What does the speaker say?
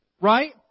Right